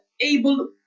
able